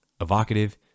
evocative